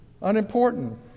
unimportant